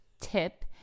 tip